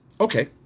Okay